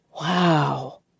Wow